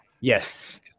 Yes